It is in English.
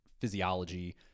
physiology